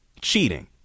cheating